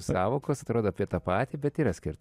sąvokos atrodo apie tą patį bet yra skirt